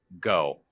go